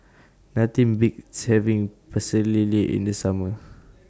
Nothing Beats having Pecel Lele in The Summer